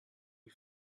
you